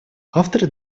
авторы